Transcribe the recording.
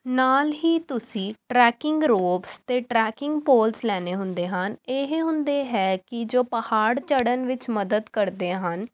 ਨਾਲ ਹੀ ਤੁਸੀਂ ਟਰੈਕਿੰਗ ਰੋਪਸ ਅਤੇ ਟਰੈਕਿੰਗ ਪੋਲਸ ਲੈਣੇ ਹੁੰਦੇ ਹਨ ਇਹ ਹੁੰਦੇ ਹੈ ਕਿ ਜੋ ਪਹਾੜ ਚੜ੍ਹਨ ਵਿੱਚ ਮਦਦ ਕਰਦੇ ਹਨ